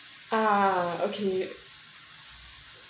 uh okay